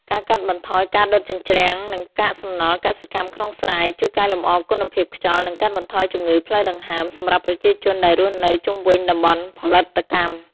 ការកាត់បន្ថយការដុតជញ្ជ្រាំង ឬកាកសំណល់កសិកម្មក្នុងស្រែ ជួយកែលម្អគុណភាពខ្យល់ និងកាត់បន្ថយជំងឺផ្លូវដង្ហើមសម្រាប់ប្រជាជនដែលរស់នៅជុំវិញតំបន់ផលិតកម្ម។